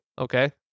Okay